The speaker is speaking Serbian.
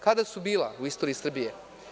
Kada su bila u istoriji Srbije?